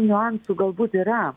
niuansų galbūt yra